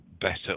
better